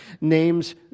names